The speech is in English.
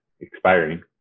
expiring